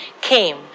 came